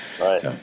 right